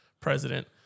president